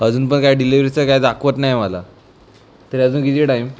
अजून पण काही डिलिवरीचं काही दाखवत नाही आहे मला तरी अजून किती टाईम